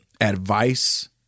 advice